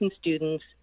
students